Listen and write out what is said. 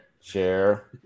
Share